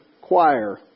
choir